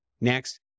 Next